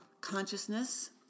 consciousness